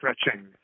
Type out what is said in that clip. stretching